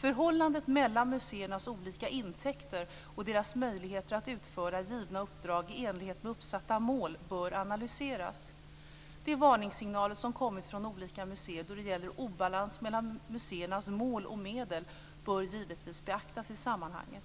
Förhållandet mellan museernas olika intäkter och deras möjligheter att utföra givna uppdrag i enlighet med uppsatta mål bör analyseras. De varningssignaler som kommit från olika museer då det gäller obalans mellan museernas mål och medel bör givetvis beaktas i sammanhanget.